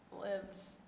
lives